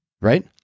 right